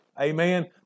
Amen